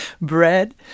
Bread